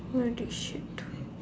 where did shit